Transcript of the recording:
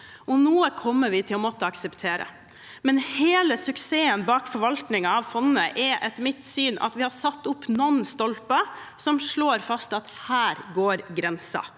Noe kommer vi til å måtte akseptere, men hele suksessen bak forvaltningen av fondet er etter mitt syn at vi har satt opp noen stolper som slår fast at grensen